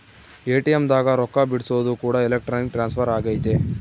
ATM ದಾಗ ರೊಕ್ಕ ಬಿಡ್ಸೊದು ಕೂಡ ಎಲೆಕ್ಟ್ರಾನಿಕ್ ಟ್ರಾನ್ಸ್ಫರ್ ಅಗೈತೆ